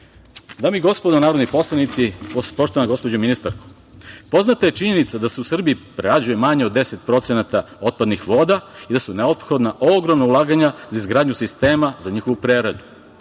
i gospodo narodni poslanici, poštovana gospođo ministarko. Poznata je činjenica da se u Srbiji prerađuje manje od 10% otpadnih voda i da su neophodna ogromna ulaganja za izgradnju sistema za njihovu preradu.